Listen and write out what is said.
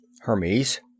Hermes